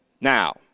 Now